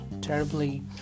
terribly